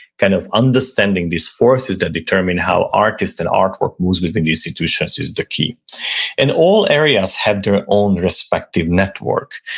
kind of understanding these forces that determine how artists and artwork within the institutions is the key and all areas have their own respective network.